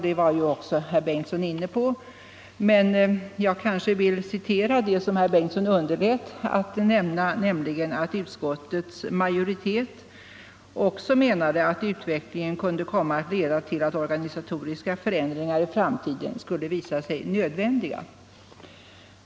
Det var också herr Bengtsson inne på, men jag vill citera det som herr Bengtsson underlät att nämna, nämligen att utskottets majoritet också menade att ”utvecklingen kunde komma att leda till att organisatoriska förändringar i framtiden visade sig nödvändiga”.